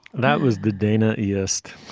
that was good dana. yes.